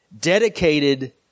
Dedicated